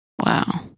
Wow